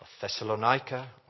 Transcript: Thessalonica